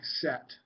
set